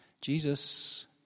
Jesus